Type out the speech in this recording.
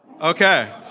Okay